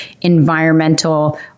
environmental